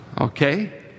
Okay